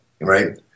right